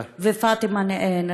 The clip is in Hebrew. ופאטימה נרצחה.